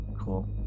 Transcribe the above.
Cool